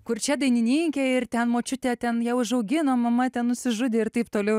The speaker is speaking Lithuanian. kurčia dainininkė ir ten močiutė ten ją užaugino mama ten nusižudė ir taip toliau